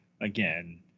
again